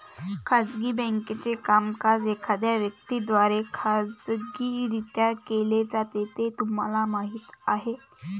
खाजगी बँकेचे कामकाज एखाद्या व्यक्ती द्वारे खाजगीरित्या केले जाते हे तुम्हाला माहीत आहे